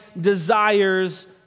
desires